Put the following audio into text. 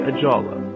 Ajala